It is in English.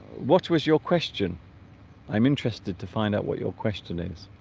what was your question i'm interested to find out what your question is